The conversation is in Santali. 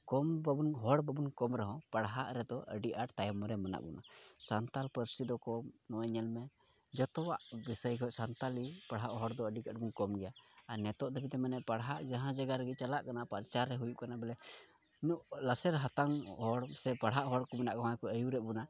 ᱠᱚᱢ ᱵᱟᱵᱚᱱ ᱦᱚᱲ ᱵᱟᱵᱚᱱ ᱠᱚᱢ ᱨᱮᱦᱚᱸ ᱯᱟᱲᱦᱟᱜ ᱨᱮᱫᱚ ᱟᱹᱰᱤ ᱟᱸᱴ ᱛᱟᱭᱚᱢ ᱨᱮ ᱢᱮᱱᱟᱜ ᱵᱚᱱᱟ ᱥᱟᱱᱛᱟᱲ ᱯᱟᱹᱨᱥᱤ ᱫᱚᱠᱚ ᱱᱚᱜᱼᱚᱸᱭ ᱧᱮᱞ ᱢᱮ ᱡᱚᱛᱚᱣᱟᱜ ᱵᱤᱥᱚᱢ ᱠᱚ ᱥᱟᱱᱛᱟᱲᱤ ᱯᱟᱲᱦᱟᱜ ᱦᱚᱲ ᱫᱚ ᱟᱹᱰᱤ ᱟᱸᱴ ᱵᱚᱱ ᱠᱚᱢ ᱜᱮᱭᱟ ᱟᱨ ᱱᱤᱛᱚᱜ ᱫᱷᱟᱹᱨᱤᱡ ᱛᱮ ᱯᱟᱲᱦᱟᱜ ᱡᱟᱦᱟᱸ ᱡᱟᱭᱜᱟ ᱨᱮᱜᱮ ᱪᱟᱞᱟᱜ ᱠᱟᱱᱟ ᱯᱨᱚᱪᱟᱨ ᱦᱩᱭᱩᱜ ᱠᱟᱱᱟ ᱵᱚᱞᱮ ᱩᱱᱟᱹᱜ ᱞᱟᱥᱮᱨ ᱦᱟᱛᱟᱝ ᱦᱚᱲ ᱥᱮ ᱯᱟᱲᱦᱟᱜ ᱦᱚᱲ ᱠᱚ ᱢᱮᱱᱟᱜ ᱠᱚᱣᱟ ᱟᱹᱭᱩᱨᱮᱜ ᱵᱚᱱᱟ